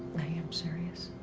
i am serious.